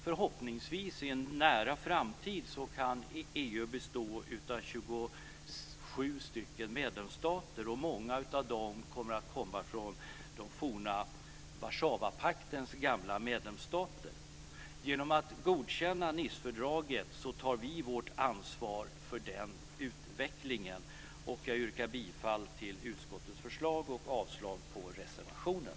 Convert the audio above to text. Förhoppningsvis kommer EU i en nära framtid att bestå av 27 medlemsstater, varav många kommer från den forna Warszawapakten. Genom att godkänna Nicefördraget tar vi vårt ansvar för den utvecklingen. Jag yrkar bifall till utskottets förslag och avslag på reservationen.